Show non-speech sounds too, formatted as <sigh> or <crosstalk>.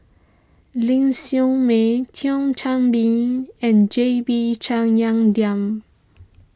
Ling Siew May Thio Chan Bee and J B <unintelligible>